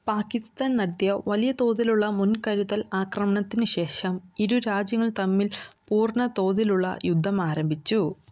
പാകിസ്ഥാൻ നടത്തിയ വലിയ തോതിലുള്ള മുൻകരുതൽ ആക്രമണത്തിന് ശേഷം ഇരു രാജ്യങ്ങൾ തമ്മിൽ പൂർണ്ണ തോതിലുള്ള യുദ്ധം ആരംഭിച്ചു